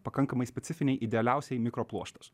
pakankamai specifiniai idealiausiai mikropluoštas